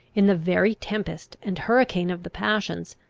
in the very tempest and hurricane of the passions,